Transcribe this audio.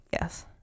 Yes